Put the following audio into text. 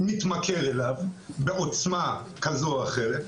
מתמכר אליו בעוצמה כזו או אחר.